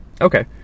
Okay